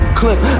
clip